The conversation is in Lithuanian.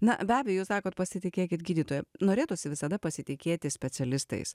na be abejo jūs sakot pasitikėkit gydytoju norėtųsi visada pasitikėti specialistais